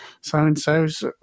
so-and-so's